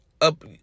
up